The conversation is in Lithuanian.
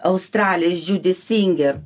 australės džiudi singer